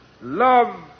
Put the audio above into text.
Love